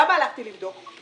למה הלכתי לבדוק,